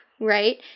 right